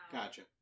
Gotcha